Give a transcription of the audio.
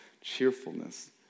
cheerfulness